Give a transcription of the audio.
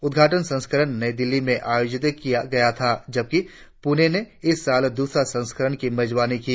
उद्घाटन संस्करण नई दिल्ली में आयोजित किया था जबकि प्रणे ने इस साल द्रसरे संस्करण की मेजबानी की